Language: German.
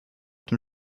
dem